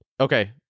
okay